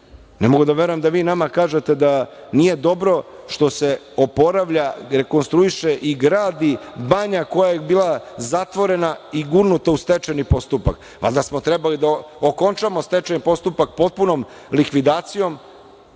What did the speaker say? Ne mogu da verujem da vi nama kažete da nije dobro što se oporavlja, rekonstruiše i gradi banja koja je bila zatvorena i gurnuta u stečajni postupak, ali da smo trebali da okončamo stečajni postupak potpunom likvidacijom,